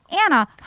Anna